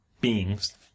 beings